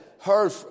heard